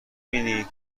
بینی